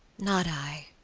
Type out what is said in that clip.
not i,